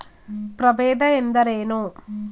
ಪ್ರಭೇದ ಎಂದರೇನು?